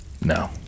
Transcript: No